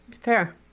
Fair